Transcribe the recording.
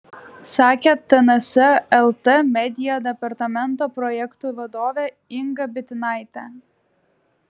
sakė tns lt media departamento projektų vadovė inga bitinaitė